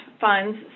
funds